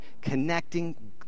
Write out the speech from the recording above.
connecting